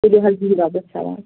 تُلِو حظ بِہِو رۄبس حوالہٕ